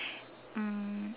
mm